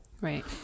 right